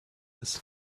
his